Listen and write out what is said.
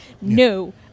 no